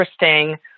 interesting